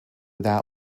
that